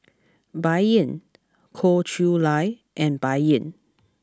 Bai Yan Goh Chiew Lye and Bai Yan